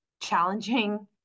challenging